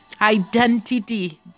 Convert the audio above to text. Identity